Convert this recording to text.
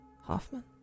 Hoffman